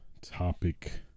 topic